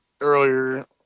earlier